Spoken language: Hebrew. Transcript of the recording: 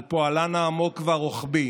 על פועלן העמוק והרוחבי